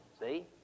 See